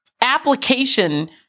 application